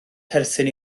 perthyn